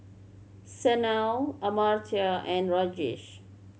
Sanal Amartya and Rajesh